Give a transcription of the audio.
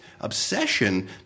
obsession